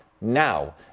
now